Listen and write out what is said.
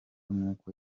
nk’uko